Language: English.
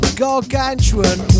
gargantuan